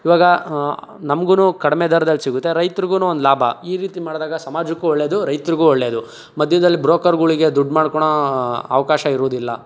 ಇವಾಗ ನಮಗೂ ಕಡಿಮೆ ದರ್ದಲ್ಲಿ ಸಿಗುತ್ತೆ ರೈತ್ರಿಗೂ ಒಂದು ಲಾಭ ಈ ರೀತಿ ಮಾಡ್ದಾಗ ಸಮಾಜಕ್ಕು ಒಳ್ಳೇದು ರೈತ್ರಿಗೂ ಒಳ್ಳೇದು ಮಧ್ಯದಲ್ಲಿ ಬ್ರೋಕರ್ಗಳಿಗೆ ದುಡ್ಡು ಮಾಡ್ಕೊಳ್ಳೊ ಅವಕಾಶ ಇರೋದಿಲ್ಲ